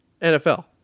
nfl